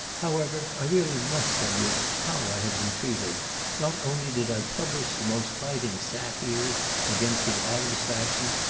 however, i really must tell you how i have been treated not only did i publish the most biting sat-heres against the adams faction,